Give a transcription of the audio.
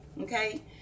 Okay